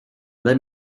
let